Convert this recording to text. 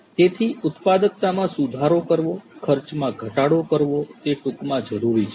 તેથી ઉત્પાદકતામાં સુધારો કરવો ખર્ચમાં ઘટાડો કરવો તે ટૂંકમાં જરૂરી છે